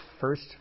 first